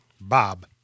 bob